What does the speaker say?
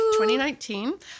2019